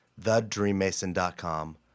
thedreammason.com